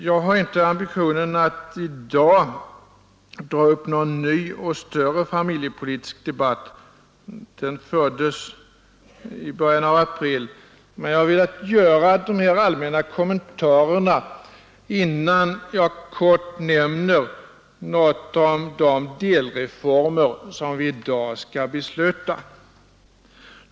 Jag har inte ambitionen att i dag dra upp någon ny och större familjepolitisk debatt — den debatten fördes i början av april — men jag har velat göra dessa allmänna kommentarer innan jag helt kort nämner några av de delreformer som vi i dag skall besluta om.